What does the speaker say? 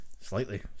slightly